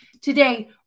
Today